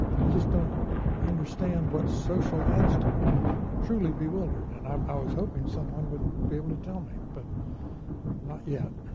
i just don't understand what social adds to it. i'm truly bewildered, and i was hoping someone would be able to tell me, but not yet.